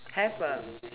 have ah